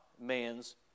man's